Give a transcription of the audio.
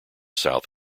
south